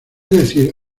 decir